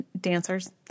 dancers